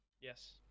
Yes